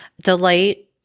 Delight